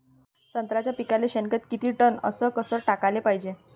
संत्र्याच्या पिकाले शेनखत किती टन अस कस टाकाले पायजे?